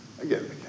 again